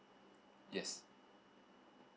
yes